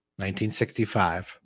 1965